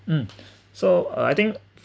um so uh I think